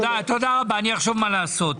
אחשוב מה לעשות.